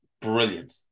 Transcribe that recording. brilliant